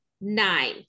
Nine